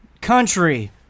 country